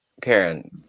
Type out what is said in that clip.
Karen